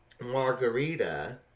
Margarita